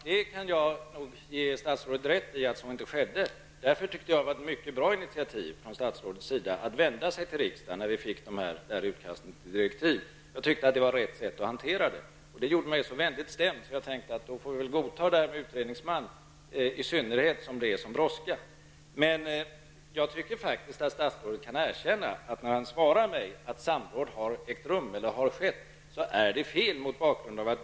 Herr talman! Jag kan ge statsrådet rätt i att så inte skedde. Därför var det ett mycket bra initiativ av statsrådet att vända sig till riksdagen med detta utkast till direktiv. Det var rätt sätt att hantera frågan. Det gjorde mig så vänligt stämd, att jag tyckte att man kunde godta detta med utredningsman, i synnerhet som det var en sådan brådska. Men jag tycker faktiskt att statsrådet kan erkänna att det är fel när han säger att samråd har ägt rum.